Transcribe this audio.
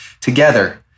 together